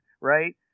right